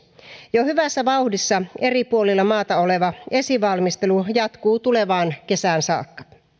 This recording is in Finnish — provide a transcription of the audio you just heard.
jo hyvässä vauhdissa eri puolilla maata oleva esivalmistelu jatkuu tulevaan kesään saakka